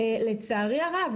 לצערי הרב,